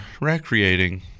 recreating